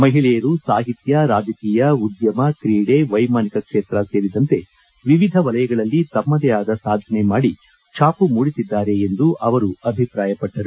ಮಹಿಳೆಯರು ಸಾಹಿತ್ಯ ರಾಜಕೀಯ ಉದ್ಯಮ ಕ್ರೀಡೆ ವೈಮಾನಿಕ ಕ್ಷೇತ್ರ ಸೇರಿದಂತೆ ವಿವಿಧ ವಲಯಗಳಲ್ಲಿ ತಮ್ಮದೇ ಆದ ಸಾಧನೆ ಮಾಡಿ ಛಾಮ ಮೂಡಿಸಿದ್ದಾರೆ ಎಂದು ಅಭಿಪ್ರಾಯಪಟ್ಟರು